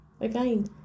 Again